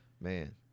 Man